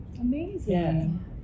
Amazing